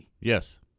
Yes